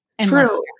True